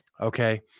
Okay